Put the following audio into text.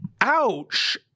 Ouch